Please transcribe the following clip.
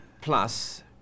plus